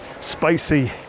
spicy